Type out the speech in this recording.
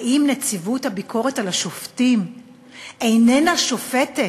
האם נציבות הביקורת על השופטים איננה שופטת,